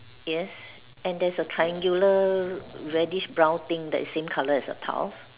yes and there's a triangular reddish brown thing that is same colour as the tiles